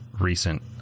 recent